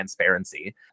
transparency